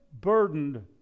burdened